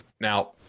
Now